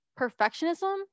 perfectionism